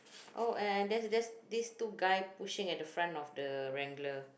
oh and and there's there's these two guy pushing at the front of the wrangler